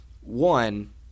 one